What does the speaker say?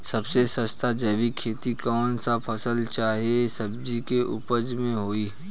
सबसे सस्ता जैविक खेती कौन सा फसल चाहे सब्जी के उपज मे होई?